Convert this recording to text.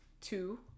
two